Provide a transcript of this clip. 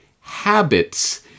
habits